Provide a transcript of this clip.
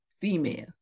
female